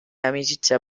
amicizia